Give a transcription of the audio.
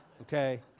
Okay